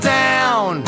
down